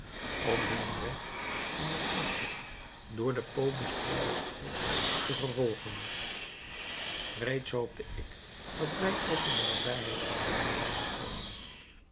om hunnen weg in de vlakke door de po bespoelde streek te vervolgen reeds hoopte ik dat wij ook in de nabijheid van rome zouden komen